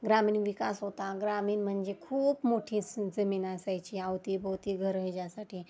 ग्रामीण विकास होता ग्रामीण म्हणजे खूप मोठी स जमीन असायची अवतीभोवती घर ह्याच्यासाठी